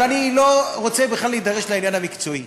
אבל אני לא רוצה בכלל להידרש לעניין המקצועי,